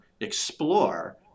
explore